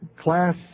class